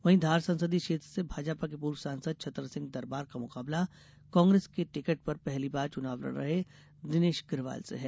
वहीं धार संसदीय क्षेत्र से भाजपा के पूर्व सांसद छतर सिंह दरबार का मुकाबला कांग्रेस के टिकट पर पहली बार चुनाव लड़ रहे दिनेश गिरवाल से है